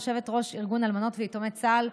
יושבת-ראש ארגון אלמנות ויתומי צה"ל,